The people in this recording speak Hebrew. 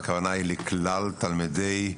האם הכוונה היא לכלל תלמידי ישראל?